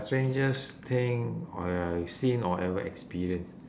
strangest thing I've seen or ever experienced